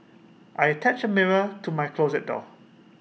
I attached A mirror to my closet door